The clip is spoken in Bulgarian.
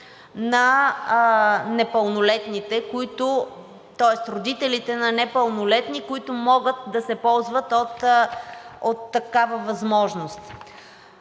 на непълнолетните, тоест родителите на непълнолетни, които могат да се ползват от такава възможност.